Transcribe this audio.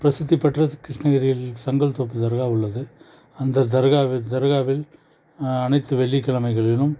பிரசித்தி பெற்ற கிருஷ்ணகிரியில் சங்கல்தோப்பு தர்கா உள்ளது அந்த தர்காவி தர்காவில் அனைத்து வெள்ளிக்கிழமைகளிலும்